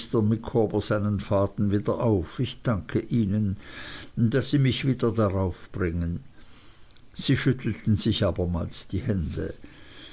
wieder auf ich danke ihnen daß sie mich wieder daraufbringen sie schüttelten sich abermals die hände